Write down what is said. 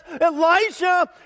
elijah